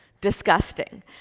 disgusting